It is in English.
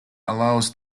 allows